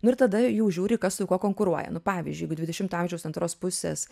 nu ir tada jau žiūri kas su kuo konkuruoja nu pavyzdžiui jeigu dvidešimto amžiaus antros pusės